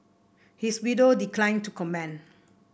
his widow declined to comment